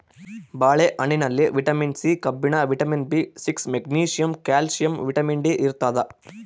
ಬಾಳೆ ಹಣ್ಣಿನಲ್ಲಿ vitamin C ಕಬ್ಬಿಣ vitamin B six magnesium calcium vitamin D ಇರ್ತಾದ